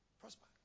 Prosper